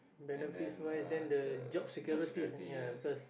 and then uh the job security yes